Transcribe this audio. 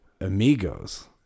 Amigos